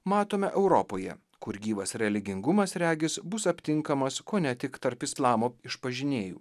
matome europoje kur gyvas religingumas regis bus aptinkamas kone tik tarp islamo išpažinėjų